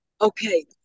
Okay